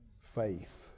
Faith